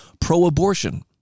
pro-abortion